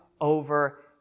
Over